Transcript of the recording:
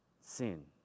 sin